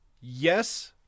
yes